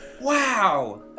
Wow